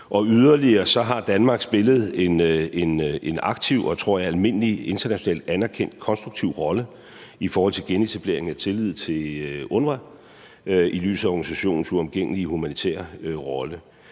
Yderligere har Danmark spillet en aktiv og, tror jeg, almindelig internationalt anerkendt konstruktiv rolle i forhold til genetableringen af tillid til UNRWA i lyset af organisationens uomgængelige humanitære rolle.